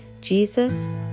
Jesus